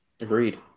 Agreed